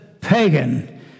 pagan